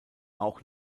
auch